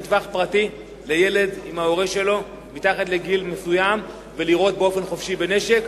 למטווח פרטי עם ההורה שלו ולירות באופן חופשי בנשק,